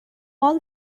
all